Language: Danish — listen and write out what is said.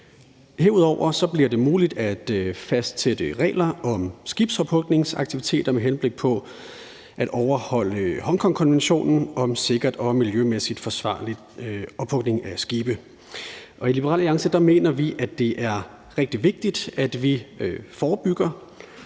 Herudover bliver det muligt at fastsætte regler om skibsophugningsaktiviteter med henblik på at overholde Hongkongkonventionen om sikker og miljømæssigt forsvarlig ophugning af skibe, og i Liberal Alliance mener vi, at det er rigtig vigtigt, at vi forebygger